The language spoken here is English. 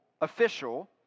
official